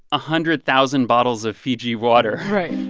ah hundred thousand bottles of fiji water. right.